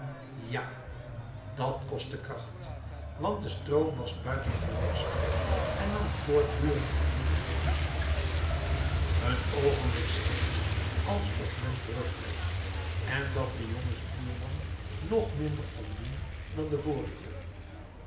ja dàt kostte kracht want de stroom was buitengewoon sterk en nam voortdurend in hevigheid toe een oogenblik scheen het alsof men terugdreef en dat de jonge stuurman nog minder kon doen dan de vorige